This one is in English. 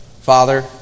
Father